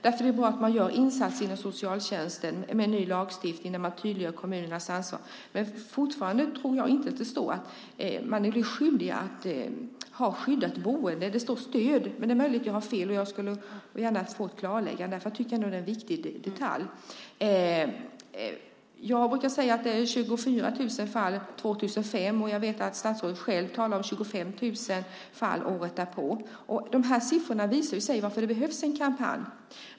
Därför är det bra att göra insatser inom socialtjänsten med en ny lagstiftning där man tydliggör kommunernas ansvar. Men jag tror att det fortfarandet inte står att man är skyldig att ge ett skyddat boende. Det står "stöd", men det är möjligt att jag har fel. Jag skulle gärna få ett klarläggande eftersom det är en viktig detalj. Jag brukar säga att det var 24 000 fall 2005. Jag vet att statsrådet själv talar om 25 000 fall året därpå. Siffrorna visar varför det behövs en kampanj.